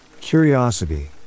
Curiosity